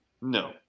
No